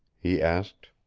he asked.